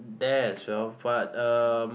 there as well but um